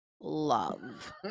love